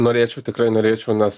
norėčiau tikrai norėčiau nes